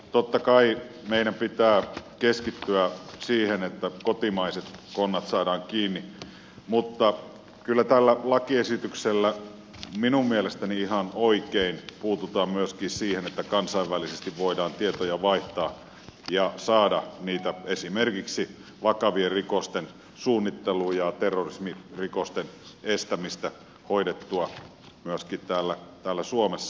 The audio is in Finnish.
totta kai meidän pitää keskittyä siihen että kotimaiset konnat saadaan kiinni mutta kyllä tällä lakiesityksellä minun mielestäni ihan oikein puututaan myöskin siihen että kansainvälisesti voidaan tietoja vaihtaa ja saada esimerkiksi vakavien rikosten suunnittelun ja terrorismirikosten estämistä hoidettua myöskin täällä suomessa